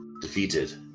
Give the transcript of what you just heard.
defeated